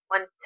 One